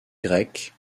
grecque